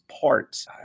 parts